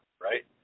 right